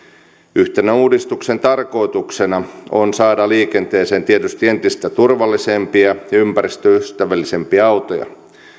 yhtenä uudistuksen tarkoituksena on saada liikenteeseen tietysti entistä turvallisempia ja ympäristöystävällisempiä autoja